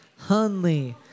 Hunley